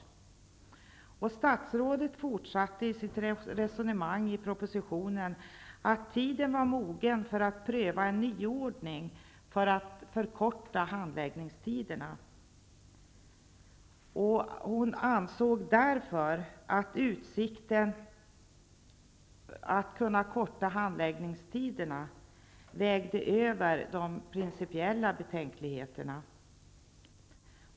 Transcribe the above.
Statsrådet fortsatte sitt resonemang i propositionen med att säga att tiden är mogen för att pröva en nyordning för att förkorta handläggningstiderna. Hon ansåg därför att utsikten att kunna korta handläggningstiderna vägde över i förhållande till de principiella betänkligheterna.